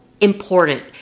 important